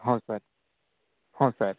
ହଁ ସାର୍ ହଁ ସାର୍